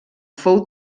fou